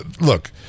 look